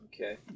Okay